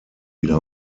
wieder